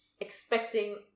expecting